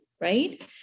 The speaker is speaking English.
right